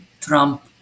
Trump